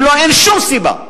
אם לא, אין שום סיבה.